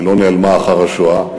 היא לא נעלמה אחר השואה,